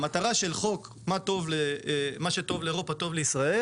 המטרה של חוק "מה שטוב לאירופה טוב לישראל"